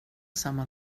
samma